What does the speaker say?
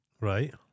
Right